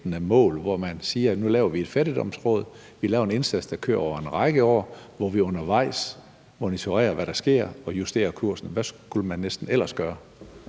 hvor man siger: Nu laver vi et fattigdomsråd. Vi laver en indsats, der kører over en række år, hvor vi undervejs monitorerer, hvad der sker, og justerer kursen? Hvad skulle man næsten ellers gøre?